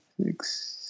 six